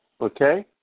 Okay